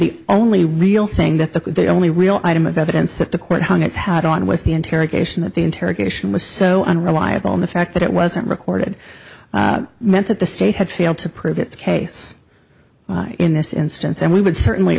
the only real thing that the only real item of evidence that the court hung its had on was the interrogation that the interrogation was so unreliable and the fact that it wasn't recorded meant that the state had failed to prove its case in this instance and we would certainly